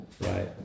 right